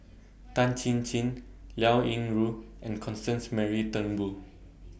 Tan Chin Chin Liao Yingru and Constance Mary Turnbull